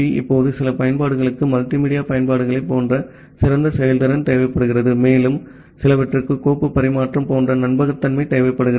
இப்போது சில பயன்பாடுகளுக்கு மல்டிமீடியா பயன்பாடுகளைப் போன்ற சிறந்த செயல்திறன் தேவைப்படுகிறது மேலும் சிலவற்றிற்கு கோப்பு பரிமாற்றம் போன்ற நம்பகத்தன்மை தேவைப்படுகிறது